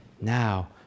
Now